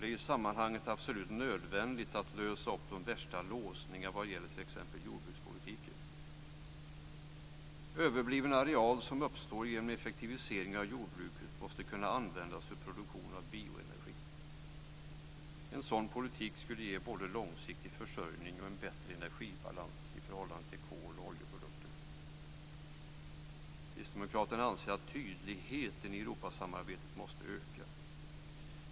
Det är i sammanhanget absolut nödvändigt att lösa upp de värsta låsningarna vad gäller t.ex. jordbrukspolitiken. Överbliven areal som uppstår genom effektivisering av jordbruket måste kunna användas för produktion av bioenergi. En sådan politik skulle ge både långsiktig försörjning och en bättre energibalans i förhållande till kol och oljeprodukter. Kristdemokraterna anser att tydligheten i Europasamarbetet måste öka.